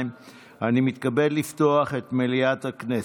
אני מתכבד לפתוח את מליאת הכנסת.